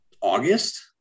August